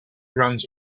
runs